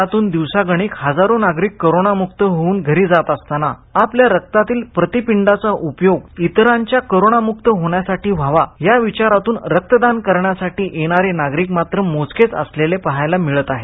शहरातून दिवसागणीक हजारो नागरिक करोनामुक्त होऊन घरी जात असताना आपल्या रक्तातील प्रतिपिंडांचा उपयोग इतरांच्या करोनामुक्त होण्यासाठी व्हावा या विचारातून रक्तदान करण्यासाठी येणारे नागरिक मात्र मोजकेच असलेले पहायला मिळत आहेत